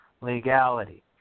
legality